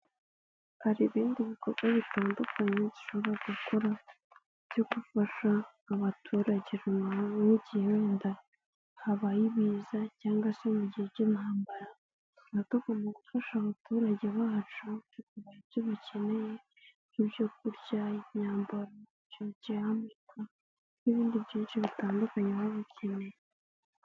Hari ibindi bikorwa bitandukanye dushobora gukora, byo gufasha abaturage buri muntu nk'igihe wenda, habaye ibiza cyangwa se mu gihe cy'intambaraba, tuba tugomba gufasha abaturage bacu, tukabaha ibyo bakeneye nk'ibyo kurya, imyambaro, ibyo biryamirwa n'ibindi byinshi bitandukanye babikeneye.